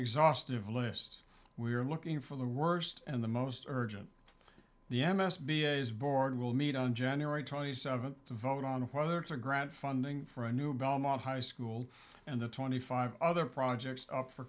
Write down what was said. exhaustive list we are looking for the worst and the most urgent the m s b is board will meet on january twenty seventh to vote on whether to grant funding for a new belmont high school and the twenty five other projects up for